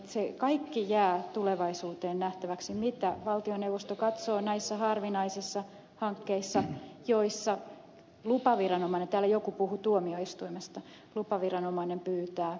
se kaikki jää tulevaisuuteen nähtäväksi mitä valtioneuvosto katsoo näissä harvinaisissa hankkeissa joissa lupaviranomainen täällä joku puhui tuomioistuimesta pyytää lausuntoa